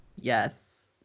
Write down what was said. Yes